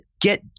get